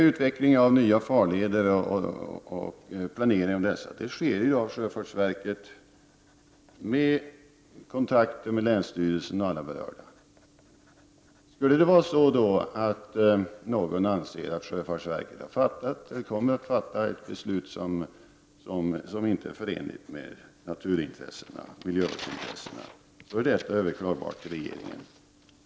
Utvecklingen av nya farleder och planeringen av dessa görs av sjöfartsverket i samarbete med länsstyrelsen och alla berörda. Skulle någon anse att sjöfartsverket kommer att fatta ett beslut som inte är förenligt med naturoch miljöintressena, är det möjligt att överklaga till regeringen.